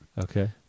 Okay